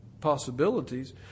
possibilities